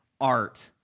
art